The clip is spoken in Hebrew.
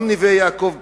גם נווה-יעקב ופסגת-זאב,